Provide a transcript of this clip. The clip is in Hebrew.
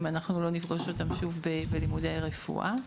אם לא נפגוש אותם שוב בלימודי רפואה.